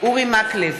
אורי מקלב,